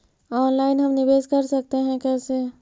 Online हम निवेश कर सकते है, कैसे?